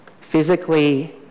Physically